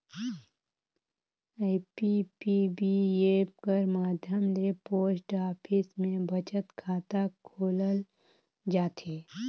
IPPB app कर माध्यम ले पोस्ट ऑफिस में बचत खाता खोलल जाथे